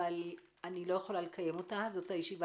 אבל איני יכולה לקיים אותה זאת הישיבה